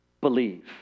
believe